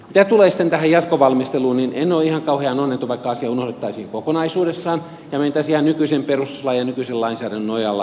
mitä tulee sitten tähän jatkovalmisteluun niin en ole ihan kauhean onneton vaikka asia unohdettaisiin kokonaisuudessaan ja mentäisiin ihan nykyisen perustuslain ja nykyisen lainsäädännön nojalla